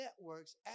networks